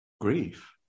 grief